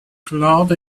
cloud